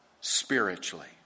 spiritually